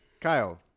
Kyle